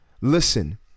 Listen